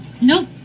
no